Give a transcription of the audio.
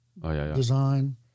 design